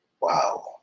Wow